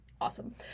awesome